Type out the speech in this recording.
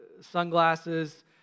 sunglasses